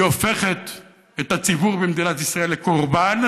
הופכת את הציבור במדינת ישראל לקורבן.